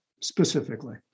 specifically